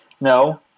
No